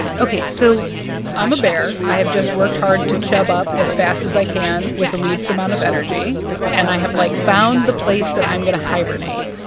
ok, so i'm a bear. i have just worked hard to chub up as fast as i can with the least amount of energy and i have, like, found the place that i'm to hibernate.